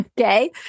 Okay